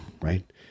right